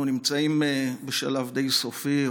אנחנו נמצאים בשלב די סופי,